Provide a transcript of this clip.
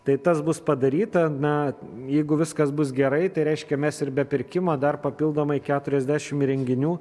tai tas bus padaryta na jeigu viskas bus gerai tai reiškia mes ir be pirkimo dar papildomai keturiasdešimt įrenginių